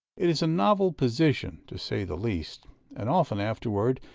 it is a novel position, to say the least and often afterward,